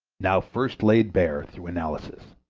now first laid bare through analysis.